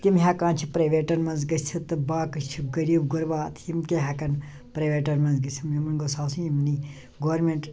تِم ہیٚکان چھِ پرٛایویٹَن مَنٛز گٔژھِتھ تہٕ باقٕے چھِ غریٖب غُربات یِم کیٛاہ ہیٚکَن پرٛایویٹَن مَنٛز گٔژھِتھ یِمن گوٚژھ آسُن یمنٕے گورمیٚنٛٹ